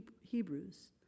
Hebrews